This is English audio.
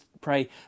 pray